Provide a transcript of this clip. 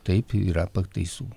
taip yra pataisų